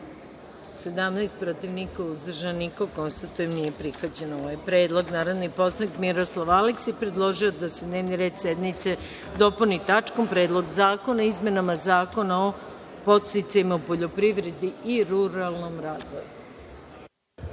17, protiv – niko, uzdržan – niko. Konstatujem nije prihvaćen ovaj predlog. Narodni poslanik Miroslav Aleksić predložio je da se dnevni red sednice dopuni tačkom Predlog zakona o izmenama Zakona o podsticajima u poljoprivredi i ruralnom razvoju.